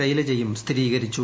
ശൈലജയും സ്ഥിരീകരിച്ചു